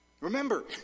Remember